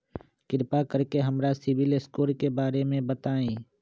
कृपा कर के हमरा सिबिल स्कोर के बारे में बताई?